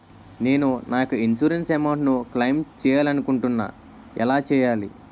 నేను నా యెక్క ఇన్సురెన్స్ అమౌంట్ ను క్లైమ్ చేయాలనుకుంటున్నా ఎలా చేయాలి?